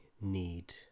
need